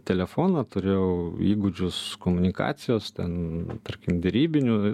telefoną turėjau įgūdžius komunikacijos ten tarkim derybinių